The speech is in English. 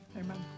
amen